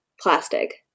plastic